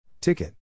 Ticket